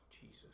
Jesus